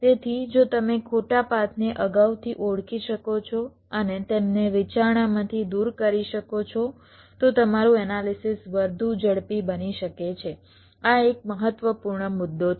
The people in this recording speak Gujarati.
તેથી જો તમે ખોટા પાથને અગાઉથી ઓળખી શકો છો અને તેમને વિચારણામાંથી દૂર કરી શકો છો તો તમારું એનાલિસિસ વધુ ઝડપી બની શકે છે આ એક મહત્વપૂર્ણ મુદ્દો છે